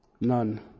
None